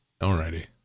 Alrighty